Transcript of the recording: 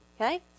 Okay